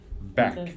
back